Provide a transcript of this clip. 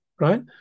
right